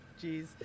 Jeez